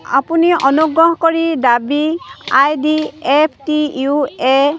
আপুনি অনুগ্ৰহ কৰি দাবী I D F T U A